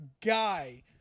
guy